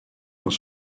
dans